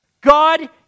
God